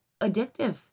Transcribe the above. addictive